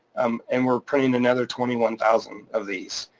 um and we're printing another twenty one thousand of these,